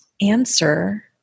answer